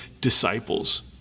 disciples